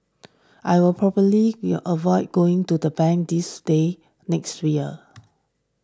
I will probably in avoid going to the bank this day next year